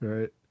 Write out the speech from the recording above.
Right